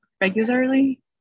regularly